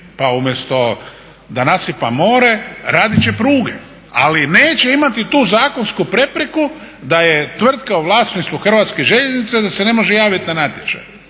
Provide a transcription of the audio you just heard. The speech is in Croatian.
pa umjesto da nasipa more, radit će pruga ali neće imati tu zakonsku prepreku da je tvrtka u vlasništvu Hrvatskih željeznica da se ne može javiti na natječaj.